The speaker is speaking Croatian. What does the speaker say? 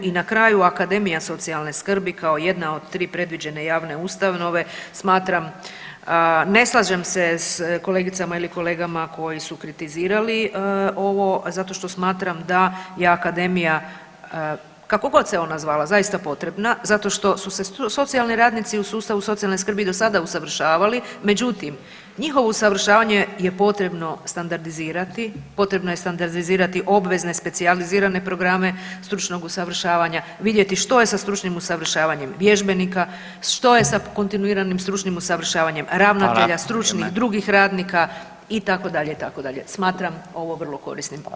I na kraju Akademija socijalne skrbi kao jedna od 3 predviđene javne ustanove, smatram ne slažem se s kolegicama ili kolegama koji su kritizirali ovo zato što smatram da je akademija kako god se ona zvala zaista potrebna zato što su se socijalni radnici u sustavu socijalne skrbi i do sada usavršavali, međutim njihovo usavršavanje je potrebno standardizirati, potrebno je standardizirati obvezne specijalizirane programe stručnog usavršavanja, vidjeti što je sa stručnim usavršavanjem vježbenika, što je sa kontinuiranim stručnim usavršavanjem ravnatelja, stručnih [[Upadica: Vrijeme, hvala.]] i drugih radnika itd., itd., smatram ovo vrlo korisnim.